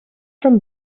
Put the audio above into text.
from